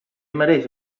mereix